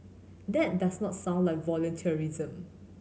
that does not sound like volunteerism